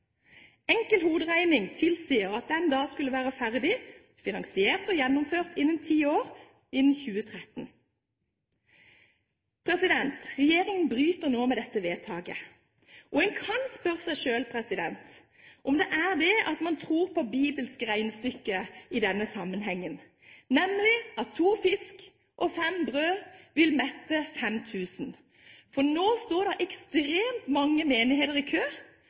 Enkel hoderegning tilsier at den da skulle være ferdig finansiert og gjennomført innen ti år – innen 2013. Regjeringen bryter nå med dette vedtaket. En kan spørre seg selv om man tror på det bibelske regnestykket i denne sammenhengen, nemlig at to fisker og fem brød vil mette fem tusen, for nå står det ekstremt mange menigheter i kø